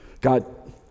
God